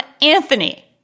Anthony